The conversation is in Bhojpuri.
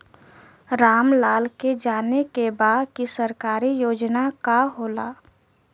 राम लाल के जाने के बा की सरकारी योजना का होला?